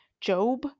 Job